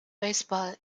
baseball